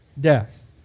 Death